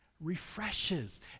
refreshes